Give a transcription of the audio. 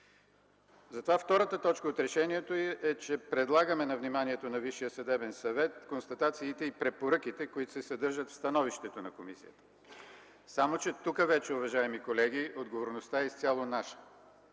Затова втората точка от решението е, че предлагаме на вниманието на Висшия съдебен съвет констатациите и препоръките, които се съдържат в становището на комисията. Само че тук вече, уважаеми колеги, отговорността е изцяло наша: